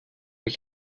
ich